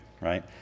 Right